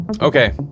Okay